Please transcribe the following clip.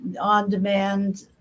on-demand